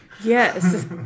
Yes